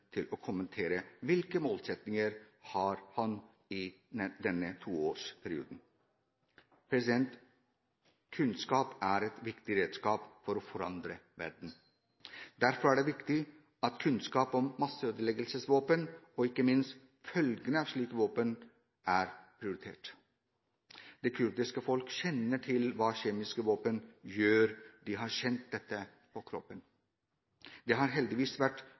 til å kommentere hvilke målsettinger han har for denne toårsperioden. Kunnskap er et viktig redskap for å forandre verden. Derfor er det viktig at kunnskap om masseødeleggelsesvåpen – og ikke minst følgene av slik våpenbruk – blir prioritert. Det kurdiske folk vet hva kjemiske våpen gjør, de har kjent dette på kroppen. Det har heldigvis